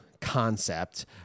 concept